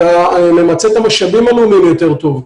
את הממצה את המשאבים יותר טוב.